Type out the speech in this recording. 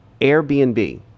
Airbnb